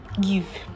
give